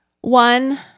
One